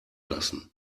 lassen